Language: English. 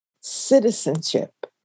citizenship